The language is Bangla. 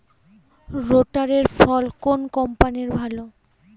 রোটারের ফল কোন কম্পানির ভালো?